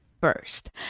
first